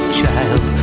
child